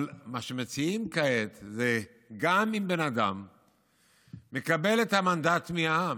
אבל מה שמציעים כעת זה שגם אם בן אדם מקבל את המנדט מהעם,